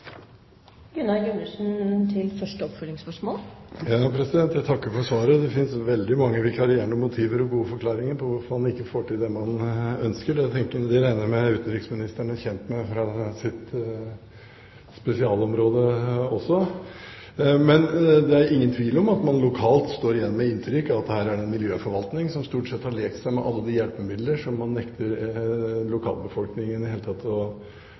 Jeg takker for svaret. Det finnes veldig mange vikarierende motiver for og gode forklaringer på hvorfor man ikke får til det man ønsker. Det regner jeg med at utenriksministeren er kjent med fra sitt spesialområde også. Men det er ingen tvil om at man lokalt sitter igjen med et inntrykk av at her er det en miljøforvaltning som stort sett har lekt seg med alle de hjelpemidler som man nekter lokalbefolkningen i det hele tatt